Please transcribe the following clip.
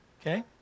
okay